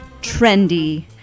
Trendy